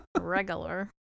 Regular